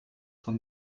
von